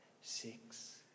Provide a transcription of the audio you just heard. six